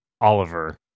Oliver